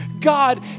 God